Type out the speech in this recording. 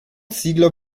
ziegler